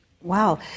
Wow